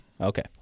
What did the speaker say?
Okay